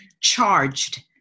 charged